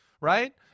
right